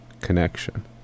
connection